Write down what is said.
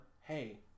Hey